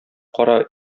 кара